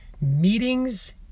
Meetings